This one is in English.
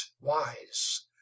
wise